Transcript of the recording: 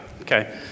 Okay